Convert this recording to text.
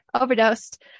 overdosed